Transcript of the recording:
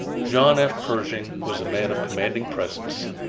john f. pershing was a man of commanding presence.